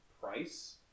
price